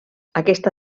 aquesta